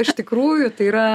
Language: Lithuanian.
iš tikrųjų tai yra